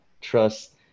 Trust